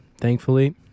Thankfully